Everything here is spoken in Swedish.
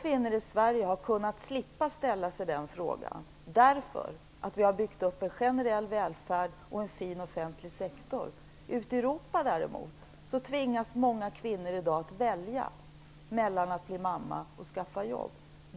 Kvinnorna i Sverige har sluppit ställa sig den frågan, därför att vi har byggt upp en generell välfärd och en fin offentlig sektor. Ute i Europa däremot tvingas många kvinnor i dag att välja mellan att bli mamma och att skaffa jobb.